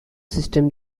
system